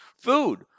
food